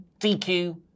DQ